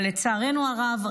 אבל לצערנו הרב,